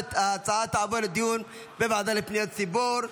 וההצעה תעבור לדיון בוועדה לפניות הציבור.